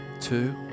two